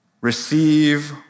Receive